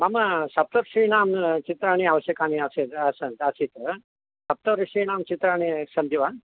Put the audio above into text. मम सप्तर्षीणां चित्राणि आवश्यकानि आसीत् आसन् आसीत् सप्त ऋषीणां चित्राणि सन्ति वा